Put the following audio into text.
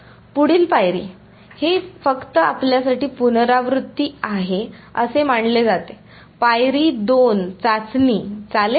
पुढील पायरी फक्त हे आपल्यासाठी पुनरावृत्ती आहे असे मानले जाते पायरी 2 चाचणी असेल